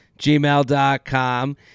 gmail.com